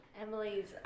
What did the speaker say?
Emily's